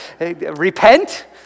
repent